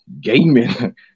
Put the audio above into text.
gaming